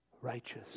righteous